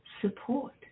support